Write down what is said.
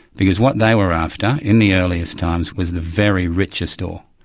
because what they were after in the earliest times, was the very richest ore.